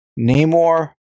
Namor